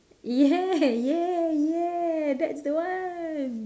yeah yeah yeah that's the one